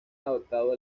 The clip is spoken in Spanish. adoptado